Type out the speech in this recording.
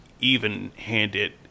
even-handed